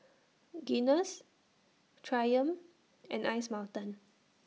Guinness Triumph and Ice Mountain